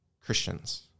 Christians